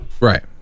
right